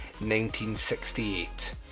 1968